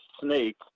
snake